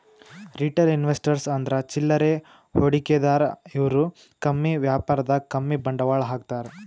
retail investors ಅಂದ್ರ ಚಿಲ್ಲರೆ ಹೂಡಿಕೆದಾರು ಇವ್ರು ಕಮ್ಮಿ ವ್ಯಾಪಾರದಾಗ್ ಕಮ್ಮಿ ಬಂಡವಾಳ್ ಹಾಕ್ತಾರ್